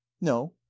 no